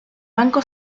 banco